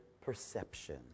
perception